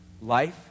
Life